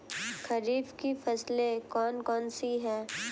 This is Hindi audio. खरीफ की फसलें कौन कौन सी हैं?